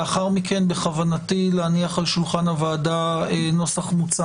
לאחר מכן בכוונתי להניח על שולחן הוועדה נוסח מוצע